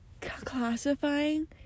Classifying